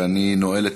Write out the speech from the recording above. ואני נועל את